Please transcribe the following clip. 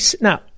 now